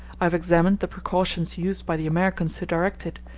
i have examined the precautions used by the americans to direct it,